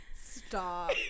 Stop